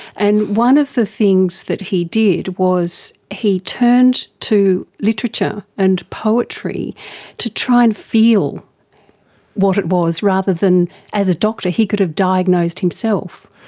and one of the things that he did was he turned to literature and poetry to try and feel what it was, rather than as a doctor he could have diagnosed himself.